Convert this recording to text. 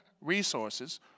resources